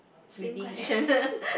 reading